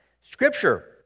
Scripture